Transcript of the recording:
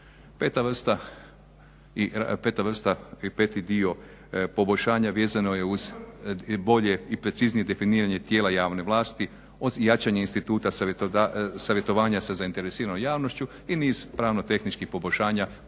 5.vrsta i 5.dio poboljšanja vezano je uz bolje i preciznije definiranje tijela javne vlasti od jačanja instituta savjetovanja sa zainteresiranom javnošću i niz pravno tehničkih poboljšanja